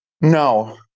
No